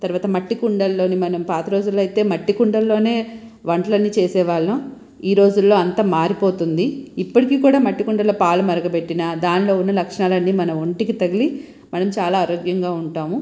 తరువాత మట్టి కుండలలోని మనం పాత రోజుల్లో అయితే మట్టి కుండల లోనే వంటలు అన్నీ చేసేవాళ్ళం ఈ రోజుల్లో అంతా మారిపోతుంది ఇప్పటికి కూడా మట్టి కుండలలో పాలు మరగ బెట్టినా దానిలో వున్న లక్షణాలన్నీ మన వొంటికి తగిలి మనం చాలా ఆరోగ్యంగా ఉంటాము